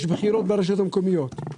יש בחירות ברשויות המקומיות.